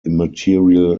immaterial